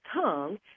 tongue